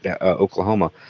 oklahoma